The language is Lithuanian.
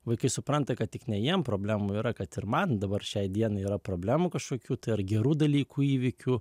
vaikai supranta kad tik ne jiems problemų yra kad ir man dabar šiai dienai yra problemų kažkokių tai ar gerų dalykų įvykių